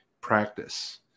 practice